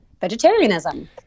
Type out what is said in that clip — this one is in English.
vegetarianism